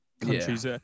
countries